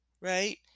right